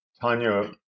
Tanya